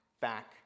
back